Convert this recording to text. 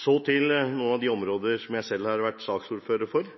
Så til noen av de områder som jeg selv har vært saksordfører for.